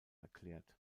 erklärt